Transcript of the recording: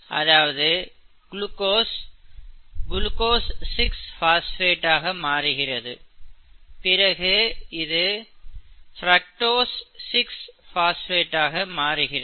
அதாவது glucose glucose 6 phosphate ஆக மாறுகிறது பிறகு இது பிரக்டோஸ் 6 பாஸ்பேட் ஆக மாறுகிறது